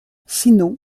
sinon